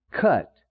cut